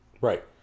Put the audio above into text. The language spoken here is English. right